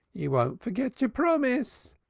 you von't forget your promise,